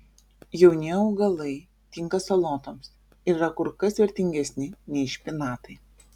jauni augalai tinka salotoms ir yra kur kas vertingesni nei špinatai